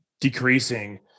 decreasing